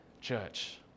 church